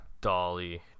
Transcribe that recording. dolly